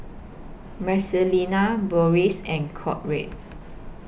Marcelina Boris and Conrad